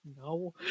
no